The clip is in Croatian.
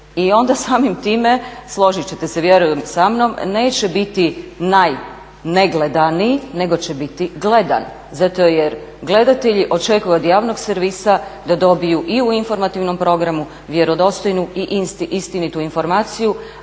I onda samim time složit ćete se vjerujem sa mnom neće biti najnegledaniji, nego će biti gledan. Zato jer gledatelji očekuju od javnog servisa da dobiju i u informativnom programu vjerodostojnu i istinitu informaciju,